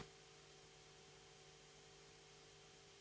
Hvala